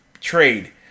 trade